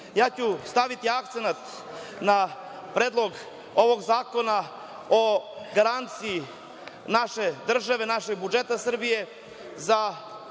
ću staviti akcenat na Predlog ovog zakona o garanciji naše države, našeg budžeta Srbije za